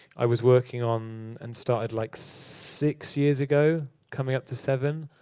i was working on and started like six years ago, coming up to seven.